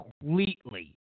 completely